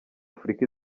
afurika